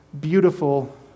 beautiful